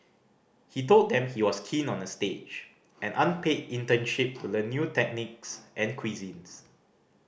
he told them he was keen on a stage an unpaid internship to learn new techniques and cuisines